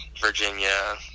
Virginia